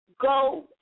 go